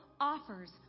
offers